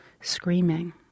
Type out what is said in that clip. screaming